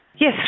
Yes